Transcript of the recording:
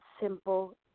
simple